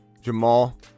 Jamal